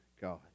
God